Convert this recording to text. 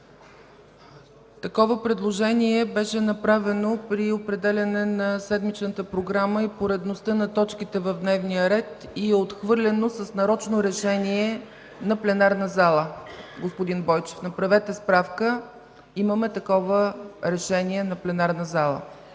Такова предложение беше направено при определяне на седмичната програма и поредността на точките в дневния ред и е отхвърлено с нарочно решение на пленарната зала. Господин Бойчев, направете справка, имаме такова решение на пленарната зала